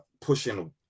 pushing